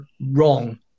wrong